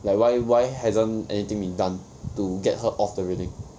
like why why hasn't anything been done to get her off the railing